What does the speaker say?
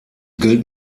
gilt